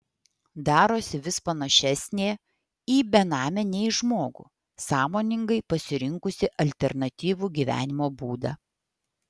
darosi vis panašesnė į benamę nei į žmogų sąmoningai pasirinkusį alternatyvų gyvenimo būdą